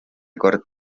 kord